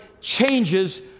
changes